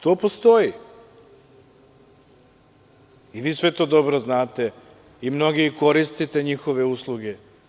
To postoji i vi sve to dobro znate i mnogi od vas koristite njihove usluge.